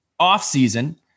offseason